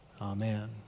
Amen